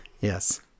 Yes